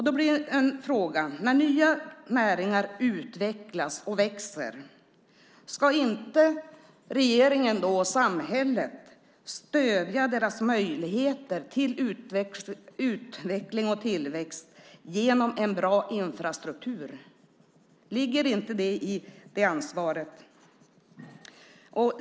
Då blir frågan: När nya näringar utvecklas och växer, ska inte regeringen och samhället stödja deras möjligheter till utveckling och tillväxt genom en bra infrastruktur? Ligger inte det i det ansvaret?